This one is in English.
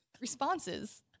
responses